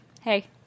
hey